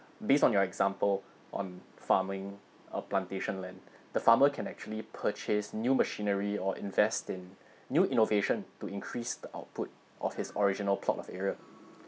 based on your example on farming or plantation land the farmer can actually purchase new machinery or invest in new innovation to increase the output of his original plot of area